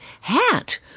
hat